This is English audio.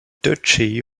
duchy